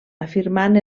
afirmant